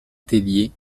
tellier